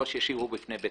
חבר'ה, עשו לי טובה.